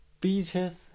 beaches